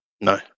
No